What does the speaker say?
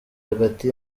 hagati